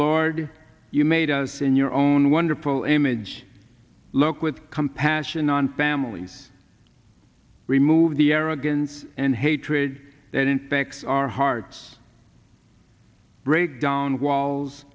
lord you made us in your own wonderful image look with compassion on families remove the arrogance and hatred that impacts our hearts break down walls